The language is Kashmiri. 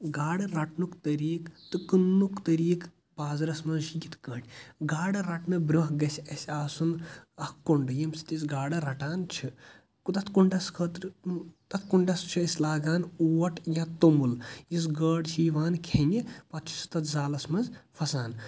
گاڑٕ رَٹنُک طٔریٖق تہٕ کٕننُک طٔریٖق بازرَس منٛز چُھ یِتھ کٲٹھۍ گاڑٕ رَٹنہٕ برٛوٚنٛہہ گَژِھ اَسہِ آسُن اَکھ کُنٛڈٕ ییٚمہِ سۭتۍ أسۍ گاڑٕ رَٹان چھِ تَتھ کُنٛڈَس خٲطرٕ تَتھ کُنٛڈَس چھِ أسۍ لاگان اوٹ یا توٚمُل یُس گٲڑ چھِ یِوان کھیٚنہِ پتہ چھُ سُہ تَتھ زالَس منٛز پَھسان